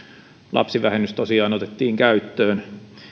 lapsivähennys tosiaan otettiin käyttöön